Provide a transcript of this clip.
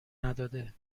نداده